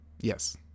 Yes